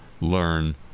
learn